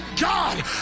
God